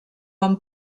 amb